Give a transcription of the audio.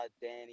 Danny